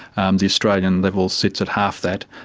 um the australian level sits at half that,